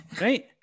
Right